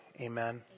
Amen